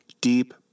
deep